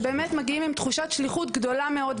שבאמת מגיעים עם תחושת שליחות גדולה מאוד.